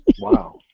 Wow